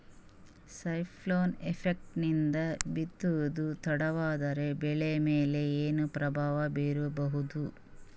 Cyclone effect ನಿಂದ ಬಿತ್ತೋದು ತಡವಾದರೂ ಬೆಳಿ ಮೇಲೆ ಏನು ಪ್ರಭಾವ ಬೀರಬಹುದು?